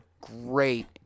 great